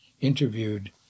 interviewed